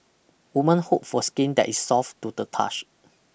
women hope for skin that is soft to the touch